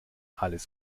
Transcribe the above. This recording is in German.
alles